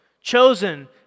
chosen